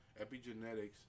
epigenetics